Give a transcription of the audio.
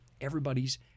Everybody's